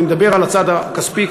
אני מדבר על הצד הכספי-כלכלי.